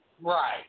Right